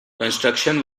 construction